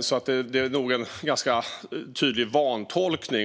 så det där är nog en ganska vanlig vantolkning.